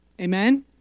Amen